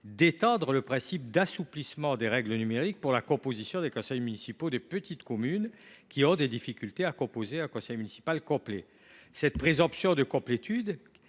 d’étendre l’assouplissement des règles numériques pour la composition des conseils municipaux des petites communes ayant des difficultés à composer un conseil municipal complet. Cette présomption de complétude,